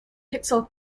pixel